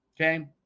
Okay